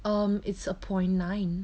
um it's upon nine